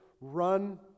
run